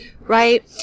right